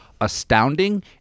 astounding